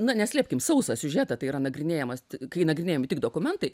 na neslėpkime sausą siužetą tai yra nagrinėjamas kai nagrinėjami tik dokumentai